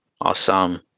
Awesome